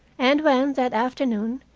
and when, that afternoon,